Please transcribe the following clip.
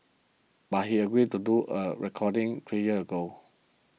but he agreed to do a recording three years ago